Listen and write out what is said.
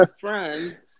friends